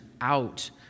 out